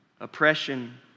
Oppression